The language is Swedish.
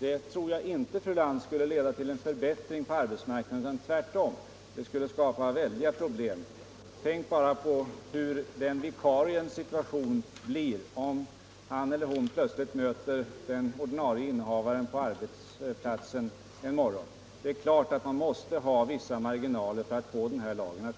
Jag tror inte att det skulle teda till förbättringar på arbetsmarknaden, fru Lantz. Tvärtom! Det skulle skapa väldiga problem. Tänk bara på hur den vikariens situation blir platsen en morgon. Det är klart att man måste ha vissa marginaler för